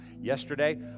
Yesterday